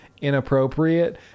inappropriate